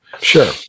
sure